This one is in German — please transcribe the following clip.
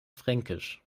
fränkisch